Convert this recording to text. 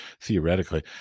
theoretically